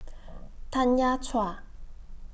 Tanya Chua